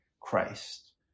Christ